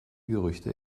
gerüchte